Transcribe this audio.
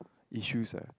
issues lah